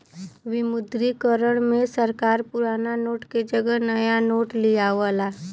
विमुद्रीकरण में सरकार पुराना नोट के जगह नया नोट लियावला